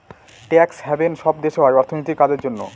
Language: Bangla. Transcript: ট্যাক্স হ্যাভেন সব দেশে হয় অর্থনীতির কাজের জন্য